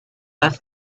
have